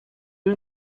you